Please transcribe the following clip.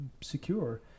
secure